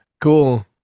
cool